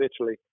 Italy